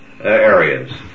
areas